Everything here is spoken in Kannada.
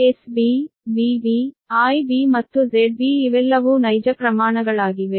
SBVB IB ಮತ್ತು ZB ಇವೆಲ್ಲವೂ ನೈಜ ಪ್ರಮಾಣಗಳಾಗಿವೆ